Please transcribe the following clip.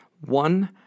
One